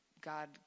God